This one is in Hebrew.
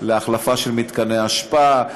זה להחלפה של מתקני אשפה,